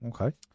Okay